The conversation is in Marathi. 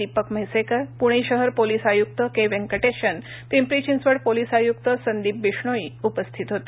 दीपक म्हैसेकर पुणे शहर पोलीस आयुक्त के व्यंकटेशन पिंपरी चिंचवड पोलीस आयुक्त संदीप बिष्णोई उपस्थित होते